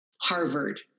Harvard